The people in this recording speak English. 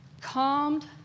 calmed